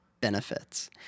benefits